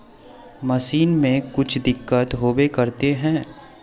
Machine में कुछ दिक्कत होबे करते है?